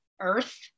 earth